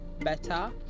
better